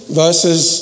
verses